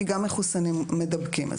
כי גם מחוסנים מדבקים.